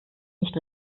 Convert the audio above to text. nicht